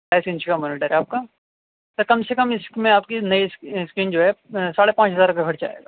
ستائیس انچ کا مانیٹر ہے آپ کا سر کم سے کم اس میں آپ کی نئی اسکرین جو ہے ساڑھے پانچ ہزار کا خرچ آئے گا